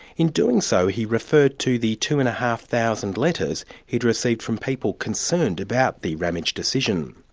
in doing so, he referred to the two and a half thousand letters he'd received from people concerned about the ramage decision.